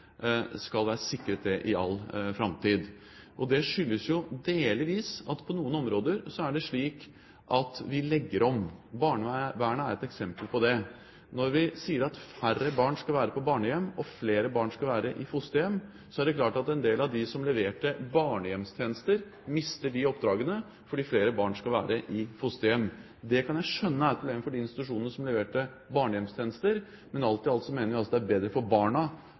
skal være sikret oppdrag i all framtid. Det skyldes delvis at på noen områder er det slik at vi legger om. Barnevernet er et eksempel på det. Når vi sier at færre barn skal være på barnehjem, og flere barn skal være i fosterhjem, er det klart at en del av de som leverte barnehjemstjenester, mistet de oppdragene fordi flere barn skal være i fosterhjem. Det kan jeg skjønne er et problem for de institusjonene som leverte barnehjemstjenester. Men alt i alt mener vi altså at det er bedre for barna